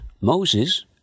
Moses